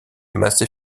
massey